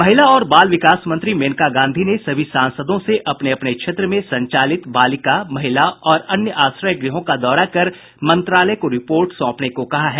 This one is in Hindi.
महिला और बाल विकास मंत्री मेनका गांधी ने सभी सांसदों से अपने अपने क्षेत्र में संचालित बालिका महिला और अन्य आश्रय गृहों का दौरा कर मंत्रालय को रिपोर्ट सौंपने को कहा है